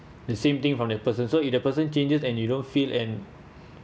the same thing from that person so if that person changes and you don't feel and